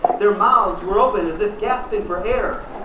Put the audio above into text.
their mouths were open as if gasping for air.